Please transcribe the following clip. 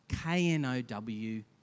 K-N-O-W